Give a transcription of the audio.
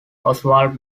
oswald